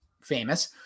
Famous